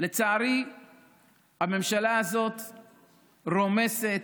לצערי הממשלה הזאת רומסת,